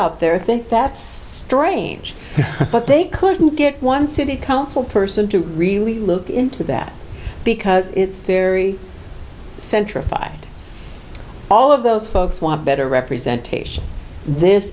out there think that's drange but they couldn't get one city council person to really look into that because it's very centrify all of those folks want better representation this